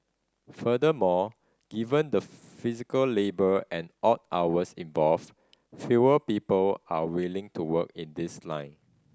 furthermore given the physical labour and odd hours involved fewer people are willing to work in this line